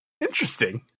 interesting